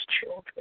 children